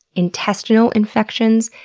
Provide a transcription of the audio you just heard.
intestinal infections,